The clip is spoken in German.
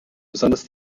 besonders